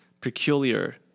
peculiar